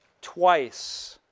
twice